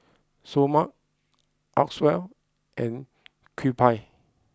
Seoul Mart Acwell and Kewpie